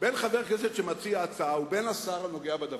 בין חבר הכנסת שמציע הצעה ובין השר הנוגע בדבר,